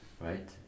Right